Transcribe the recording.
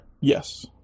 Yes